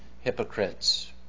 hypocrites